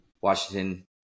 Washington